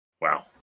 Wow